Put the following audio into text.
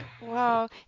Wow